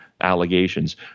allegations